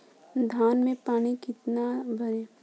धान में पानी कितना भरें?